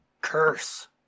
curse